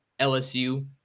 LSU